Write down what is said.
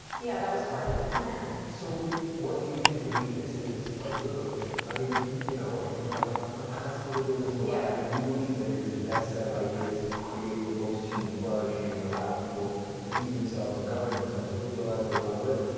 yeah, that was part of the plan. so what do you think the weakness is of liberalism? i mean you know you know i talk about classic liberalism yeah but i do believe it is the best set of ideas to create the most human flourishing and allow people to be themselves, and govern themselves, and live the lives they wanna live,